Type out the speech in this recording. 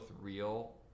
real